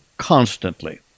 constantly